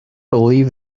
believe